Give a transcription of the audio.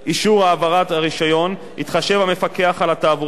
יתחשב המפקח על התעבורה בשיקולי קידום תחרות,